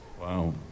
Wow